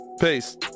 Peace